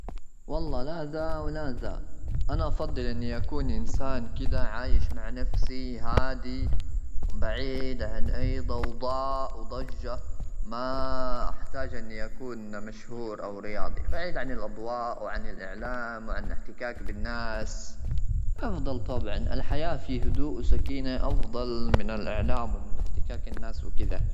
والله لا، ولا ذا. أنا أفضل إني أكون إنسان كذا، عايش مع نفسي هادي. بعيد عن أي ضوضاء وضجة. ما أحتاج إني أكون مشهور أو رياضي. بعيد عن الأضواء وعن الإعلام، وعن الاحتكاك بالناس أفضل. طبعا، الحياة في هدوء وسكينة أفضل من الإعلام ومن احتكاك الناس وكده.